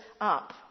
up